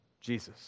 Jesus